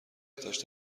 اتش